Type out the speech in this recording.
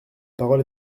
parole